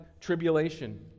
tribulation